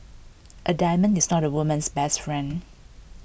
A diamond is not A woman's best friend